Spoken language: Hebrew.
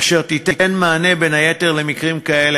אשר תיתן מענה בין היתר למקרים כאלה.